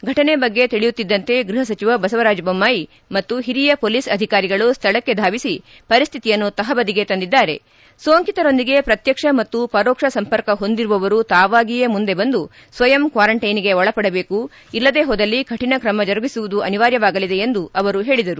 ಫಟನೆ ಬಗ್ಗೆ ತಿಳಿಯುತ್ತಿದ್ದಂತೆ ಗೃಹ ಸಚಿವ ಬಸವರಾಜು ದೊಮ್ನಾಯಿ ಮತ್ತು ಹಿರಿಯ ಶೊಲೀಸ್ ಅಧಿಕಾರಿಗಳು ಸ್ಥಳಕ್ಷೆ ಧಾವಿಸಿ ಪರಿಸ್ವಿತಿಯನ್ನು ತಪಬದಿಗೆ ತಂದಿದ್ದಾರೆ ಸೋಂಕಿತರೊಂದಿಗೆ ಪ್ರತಕ್ಷ ಮತ್ತು ಪರೋಕ್ಷ ಸಂಪರ್ಕ ಹೊಂದಿರುವವರು ತಾವಾಗಿಯೇ ಮುಂದೆ ಬಂದು ಸ್ವಯಂ ಕ್ವಾರಂಟ್ಟಿನ್ಗೆ ಒಳಪಡಬೇಕು ಇಲ್ಲದೇ ಹೋದಲ್ಲಿ ಕಠಿಣ ಕ್ರಮ ಜರುಗಿಸುವುದು ಅನಿವಾರ್ಯವಾಗಲಿದೆ ಎಂದು ಅವರು ಹೇಳಿದರು